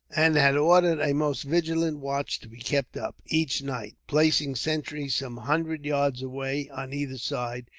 and had ordered a most vigilant watch to be kept up, each night placing sentries some hundred yards away, on either side,